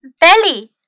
belly